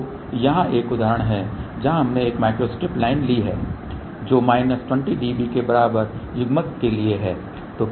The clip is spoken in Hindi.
तो यहां एक उदाहरण है जहां हमने एक माइक्रोस्ट्रिप लाइन ली है जो माइनस 20 dB के बराबर युग्मन के लिए है